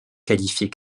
qualifiés